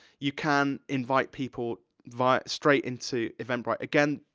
you can invite people via, straight into eventbrite. again,